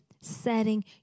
setting